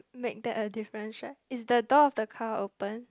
make that a different shirt is the door of the car open